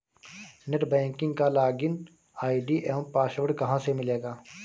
Net banking का login ID एवं password कहाँ से मिलेगा?